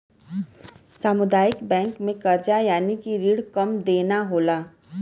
सामुदायिक बैंक में करजा यानि की रिण कम देना होला